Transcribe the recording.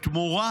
בתמורה